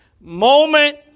moment